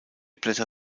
blätter